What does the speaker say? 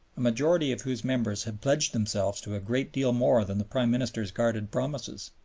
a majority of whose members had pledged themselves to a great deal more than the prime minister's guarded promises.